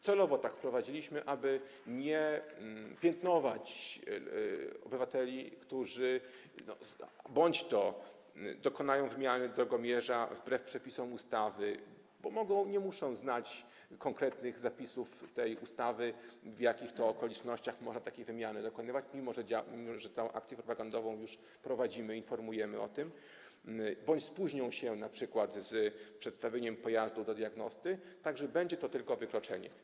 Celowo to wprowadziliśmy, aby nie piętnować obywateli, którzy bądź to dokonają wymiany drogomierza wbrew przepisom ustawy, bo nie muszą znać konkretnych zapisów tej ustawy, w jakich to okolicznościach można takiej wymiany dokonywać - mimo że tę akcję propagandową już prowadzimy, informujemy o tym - bądź spóźnią się np. z przedstawieniem pojazdu do diagnosty, tak że będzie to tylko wykroczenie.